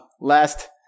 Last